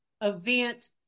event